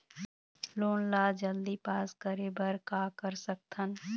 Loan ला जल्दी pass करे बर का कर सकथन?